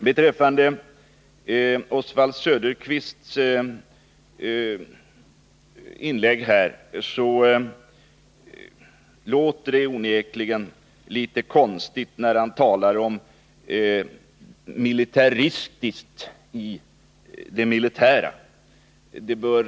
Onsdagen den Oswald Söderqvists sätt att tala om ”militaristiskt” i det militära är 18 november 1981 onekligen litet konstigt.